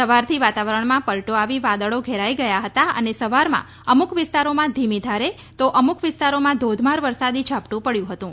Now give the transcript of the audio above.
સવારથી વાતાવરણમાં પલટો આવી વાદળો ઘેરાઇ ગયાં હતાં અને સવારમાં અમુક વિસ્તારોમાં ધીમી ધારે તો અમુક વિસ્તારોમાં ધોધમાર વરસાદી ઝાપટું પડયું હતું